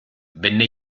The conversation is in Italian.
venne